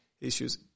issues